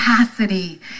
capacity